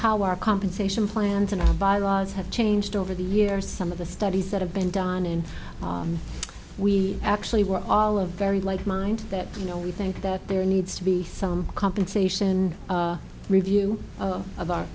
how our compensation plans and bylaws have changed over the years some the studies that have been done and we actually we're all a very like mind that you know we think that there needs to be some compensation review of o